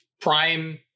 prime